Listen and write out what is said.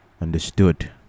understood